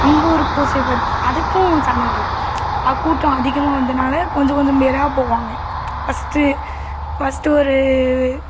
அங்கே ஒரு பூசை பார்த்தோம் அதுக்கும் சண்டை நடக்கும் கூட்டம் அதிகமாக வந்தனால கொஞ்சம் கொஞ்சம் பேராக போவாங்க ஃபர்ஸ்ட்டு ஃபர்ஸ்ட்டு ஒரு